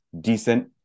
decent